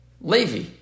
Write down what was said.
Levi